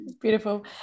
beautiful